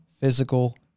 physical